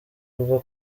bwo